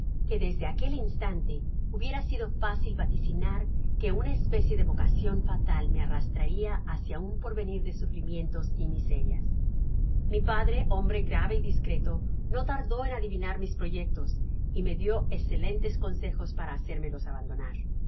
que desde aquel instante hubiera sido fácil vaticinar que una especie de vocacion fatal me arrastraria hácia un porvenir de sufrimientos y miserias mi padre hombre grave y discreto no tardó en adivinar mis proyectos y me dió escelentes consejos para hacérmelos abandonar una